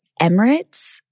Emirates